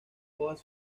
hojas